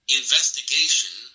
investigation